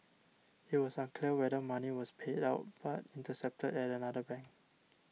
it was unclear whether money was paid out but intercepted at another bank